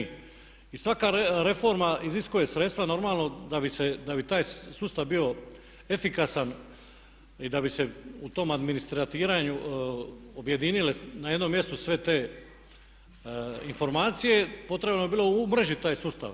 I svaka reforma iziskuje sredstva normalno da bi taj sustav bio efikasan i da bi se u tom administriranju objedinile na jednom mjestu sve te informacije potrebno je bilo umrežiti taj sustav.